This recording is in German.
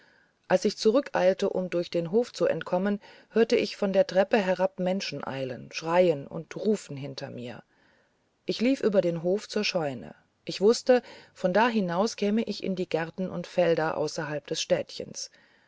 als ich zurückeilte um durch den hof zu entkommen hörte ich von der treppe herab menschen eilen schreien und rufen hinter mir ich lief über den hof zur scheune ich wußte von da hinaus käme ich in gärten und felder außerhalb des städtchens